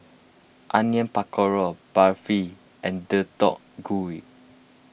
Onion Pakora Barfi and Deodeok Gui